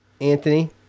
Anthony